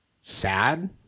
sad